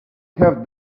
have